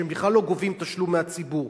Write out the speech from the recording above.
שהם בכלל לא גובים תשלום מהציבור,